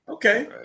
Okay